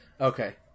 Okay